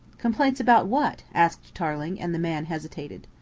complaints about what? asked tarling, and the man hesitated.